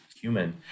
human